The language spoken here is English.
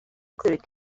included